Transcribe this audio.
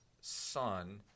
son